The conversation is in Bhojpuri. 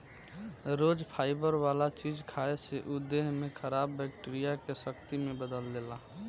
रोज फाइबर वाला चीज खाए से उ देह में खराब बैक्टीरिया के शक्ति में बदल देला